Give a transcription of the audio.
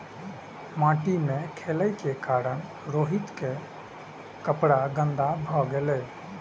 माटि मे खेलै के कारण रोहित के कपड़ा गंदा भए गेलै